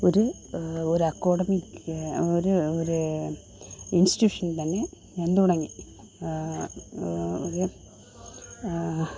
ഒര് ഒരു അക്കാദമിക് ഒര് ഒര് ഇൻസ്റ്റിട്യൂഷൻ തന്നെ ഞാൻ തുടങ്ങി ഒര്